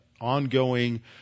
ongoing